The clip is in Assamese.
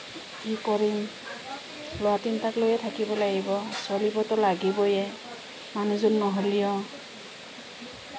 কি কৰিম ল'ৰা তিনিটাক লৈয়ে থাকিব লাগিব চলিবটো লাগিবয়ে মানুহজন নহ'লেও